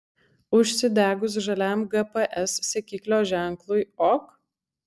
užsidegus žaliam gps sekiklio ženklui ok